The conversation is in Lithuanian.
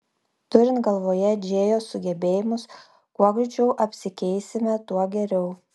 turint galvoje džėjos sugebėjimus kuo greičiau apsikeisime tuo geriau